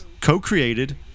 co-created